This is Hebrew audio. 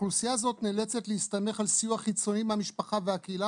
אוכלוסייה זו נאלצת להסתמך על סיוע חיצוני מהמשפחה והקהילה